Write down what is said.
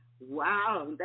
Wow